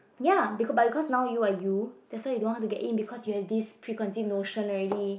ya be~ but because now you are you that's why you don't want her to get in because you have this preconceived notion already